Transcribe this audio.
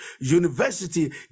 university